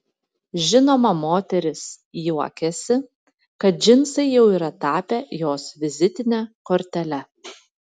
žinoma moteris juokiasi kad džinsai jau yra tapę jos vizitine kortele